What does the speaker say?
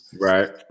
Right